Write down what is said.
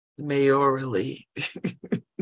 mayorally